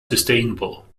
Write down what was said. sustainable